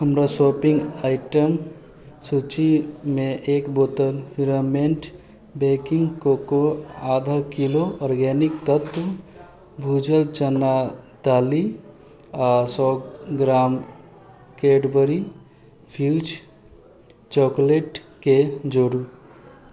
हमर shopping item सूचीमे एक बोतल प्युरामेट बेकिंग कोको आधा किलो आर्गेनिक तत्त्व भुजल चना दालि आ सौ ग्राम कैडबरी फ्यूज़ चॉकलेट केंँ जोडू